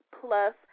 Plus